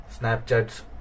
Snapchat's